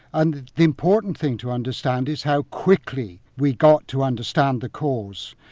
and the important thing to understand is how quickly we got to understand the cause.